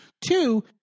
Two